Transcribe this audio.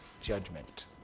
judgment